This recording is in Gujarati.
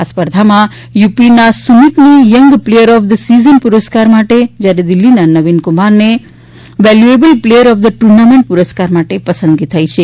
આ સ્પર્ધામાં યુપીના સુમિતની young player of the season પુરસ્કાર માટે જ્યારે દિલ્ફીના નવીન કુમારને valuable player of the tournament પુરસ્કાર માટે પસંદગી થઈ છે